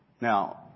Now